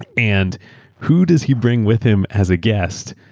and who does he bring with him as a guest?